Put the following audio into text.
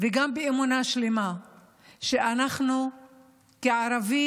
וגם באמונה שלמה שאנחנו, כערבים,